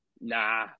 Nah